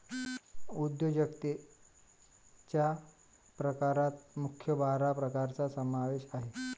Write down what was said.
उद्योजकतेच्या प्रकारात मुख्य बारा प्रकारांचा समावेश आहे